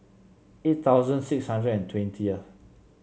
eight thousand six hundred and twentieth